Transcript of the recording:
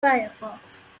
firefox